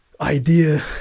idea